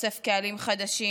חושף קהלים חדשים,